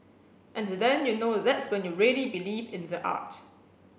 and then you know that's when you really believe in the art